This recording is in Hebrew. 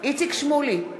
איציק שמולי,